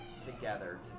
together